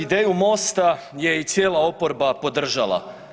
Ideju MOST-a je i cijela oporba podržala.